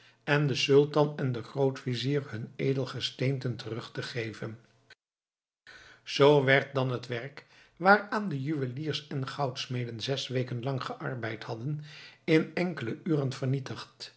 en den sultan en den grootvizier hun edelgesteenten terug te geven zoo werd dan het werk waaraan de juweliers en goudsmeden zes weken lang gearbeid hadden in enkele uren vernietigd